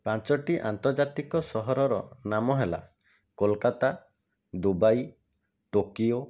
ପାଞ୍ଚୋଟି ଆନ୍ତର୍ଜାତିକ ସହରର ନାମ ହେଲା କୋଲକାତା ଦୁବାଇ ଟୋକିଓ